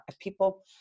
people